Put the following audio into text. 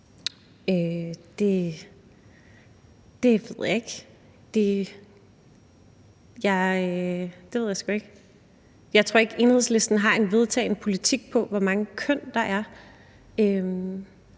Det ved jeg ikke. Det ved jeg sgu ikke. Jeg tror ikke, Enhedslisten har en vedtaget politik om, hvor mange køn der er.